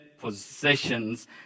possessions